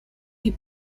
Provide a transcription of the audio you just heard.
die